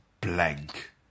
blank